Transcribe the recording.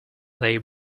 they